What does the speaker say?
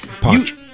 Punch